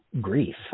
grief